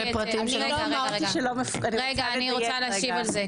רגע רגע אני רוצה להשיב על זה,